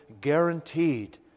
guaranteed